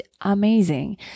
amazing